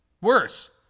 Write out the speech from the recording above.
Worse